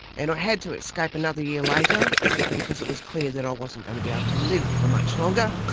and i had to escape another year later because it was clear that i wasn't going to be able to live for much longer,